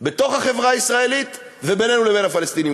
בתוך החברה הישראלית ובינינו לבין הפלסטינים.